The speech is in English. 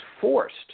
forced